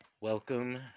Welcome